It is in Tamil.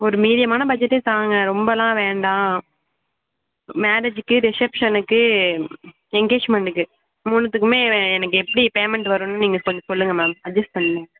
ஒரு மீடியமான பட்ஜெட்டே தாங்க ரொம்பெலாம் வேண்டாம் மேரேஜுக்கு ரிசப்ஷனுக்கு எங்கேஜ்மெண்ட்டுக்கு மூணுதுக்குமே வே எனக்கு எப்படி பேமெண்ட் வரும்னு நீங்கள் கொஞ்சம் சொல்லுங்க மேம் அட்ஜஸ்ட் பண்ணி